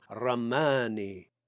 ramani